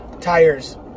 tires